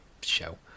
show